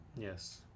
Yes